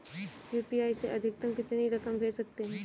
UPI से अधिकतम कितनी रकम भेज सकते हैं?